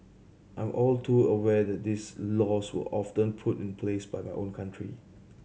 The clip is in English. I am all too aware that these laws were often put in place by my own country